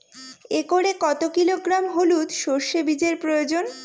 একরে কত কিলোগ্রাম হলুদ সরষে বীজের প্রয়োজন?